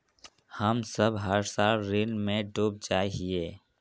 हम सब हर साल ऋण में डूब जाए हीये?